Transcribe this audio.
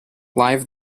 live